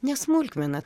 ne smulkmena